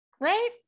right